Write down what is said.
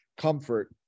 comfort